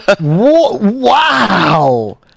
Wow